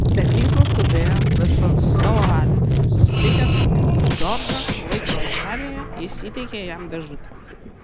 seklys nuskubėjo viršun su savo radiniu susitikęs džordžą laiptų aikštelėje jis įteikė jam dėžutę